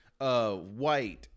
White